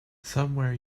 somewhere